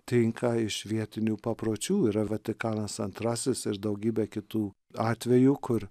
tinka iš vietinių papročių yra vatikanas antrasis ir daugybė kitų atvejų kur